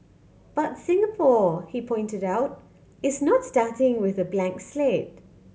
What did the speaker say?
but Singapore he pointed out is not starting with a blank slate